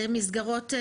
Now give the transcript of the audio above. זה מסגרות,